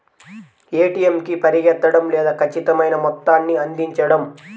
ATM కి పరిగెత్తడం లేదా ఖచ్చితమైన మొత్తాన్ని అందించడం